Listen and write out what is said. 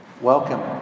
Welcome